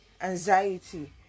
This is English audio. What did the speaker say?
anxiety